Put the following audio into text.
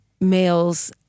males